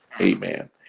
Amen